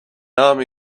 army